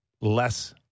less